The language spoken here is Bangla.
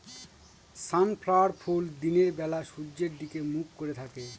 সানফ্ল্যাওয়ার ফুল দিনের বেলা সূর্যের দিকে মুখ করে থাকে